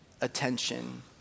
attention